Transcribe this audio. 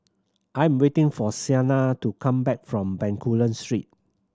I'm waiting for Siena to come back from Bencoolen Street